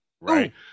Right